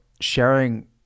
sharing